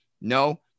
no